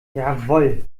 jawohl